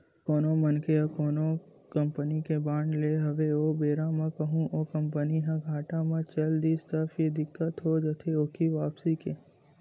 कोनो मनखे ह कोनो कंपनी के बांड लेय हवय ओ बेरा म कहूँ ओ कंपनी ह घाटा म चल दिस त फेर दिक्कत हो जाथे ओखी वापसी के